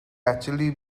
actually